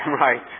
right